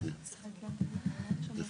כמו שלדוגמא, יש לנו פה